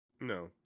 no